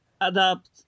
adapt